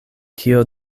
kio